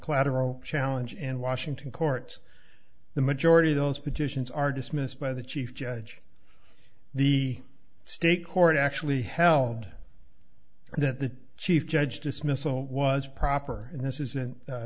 collateral challenge in washington courts the majority of those petitions are dismissed by the chief judge the state court actually held that the chief judge dismissal was proper and this isn't